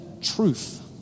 truth